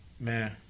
Man